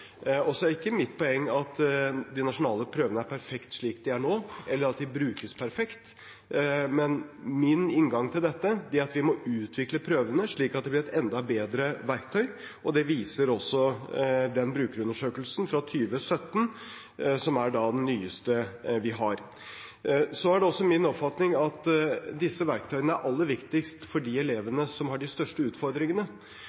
Og så er ikke mitt poeng at de nasjonale prøvene er perfekte slik de er nå, eller at de brukes perfekt. Min inngang til dette er at vi må utvikle prøvene slik at det blir et enda bedre verktøy, og det viser også brukerundersøkelsen fra 2017, som er den nyeste vi har. Så er det også min oppfatning at disse verktøyene er aller viktigst for de